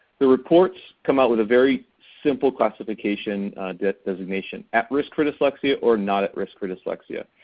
the reports come out with a very simple classification designation, at-risk for dyslexia or not at-risk for dyslexia.